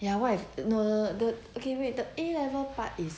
ya why if no no the okay the wait A level part is